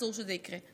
אסור שזה יקרה.